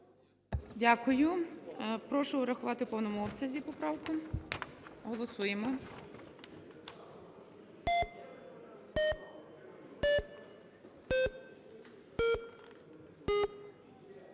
Дякую. Прошу врахувати в повному обсязі поправку. Голосуємо.